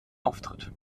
auftritt